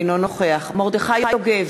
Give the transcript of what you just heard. אינו נוכח מרדכי יוגב,